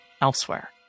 elsewhere